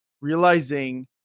realizing